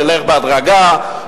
נלך בהדרגה,